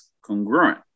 congruent